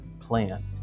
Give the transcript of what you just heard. plan